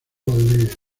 valdivia